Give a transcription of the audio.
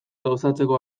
gauzatzeko